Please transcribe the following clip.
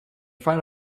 front